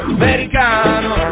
americano